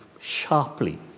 sharply